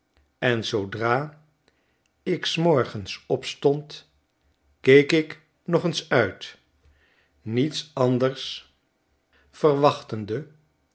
en zoodra ik s morgens opstond keek ik nog eens uit niets anders verwachtende